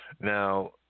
Now